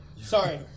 sorry